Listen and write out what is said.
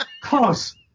Close